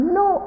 no